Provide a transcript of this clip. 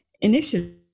Initially